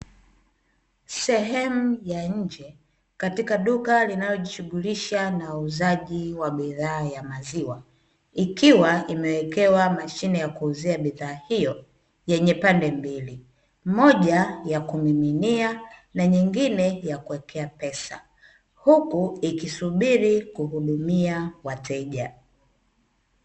Sehemu ya nje katika duka linalojishughulisha na uuzaji wa bidhaa ya maziwa, ikiwa imewekewa mashine ya kuuzia bidhaa hiyo yenye pande mbili, moja ya kumiminia na nyingine ya kuwekea pesa huku ikisubiri kuhudumia wateja.